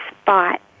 spot